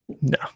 No